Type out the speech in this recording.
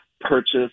purchase